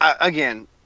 again